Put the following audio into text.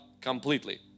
completely